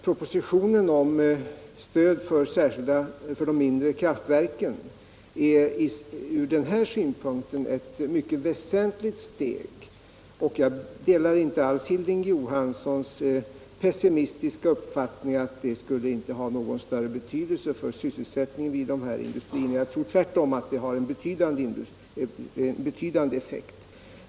Propositionen med förslag om stöd till de mindre kraftverken är från den synpunkten ett mycket väsentligt steg i den riktningen. Jag delar inte alls Hilding Johanssons pessimistiska uppfattning om att detta inte skulle ha någon större betydelse för sysselsättningen vid de här industrierna, utan jag tror tvärtom att det har en betydande effekt.